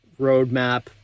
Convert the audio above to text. roadmap